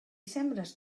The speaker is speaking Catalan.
sembres